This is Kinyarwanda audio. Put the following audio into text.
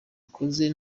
ikoze